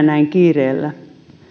näin kiireellä